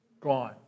gone